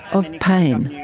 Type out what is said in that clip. of pain.